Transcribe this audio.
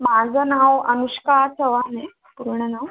माझं नाव अनुष्का चवान आहे पूर्ण नाव